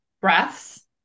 breaths